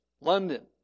London